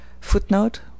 Footnote